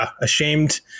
ashamed